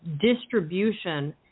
distribution